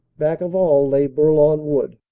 back of all lay bourlon wood.